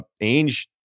Ainge